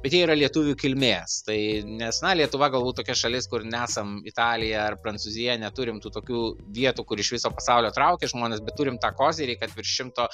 bet jie yra lietuvių kilmės tai nes na lietuva galbūt tokia šalis kur nesam italija ar prancūzija neturim tų tokių vietų kur iš viso pasaulio traukia žmonės bet turim tą kozirį kad virš šimto